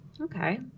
Okay